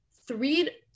three